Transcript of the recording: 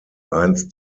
einst